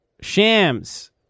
shams